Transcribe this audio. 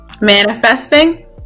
Manifesting